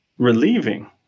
Relieving